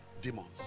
Demons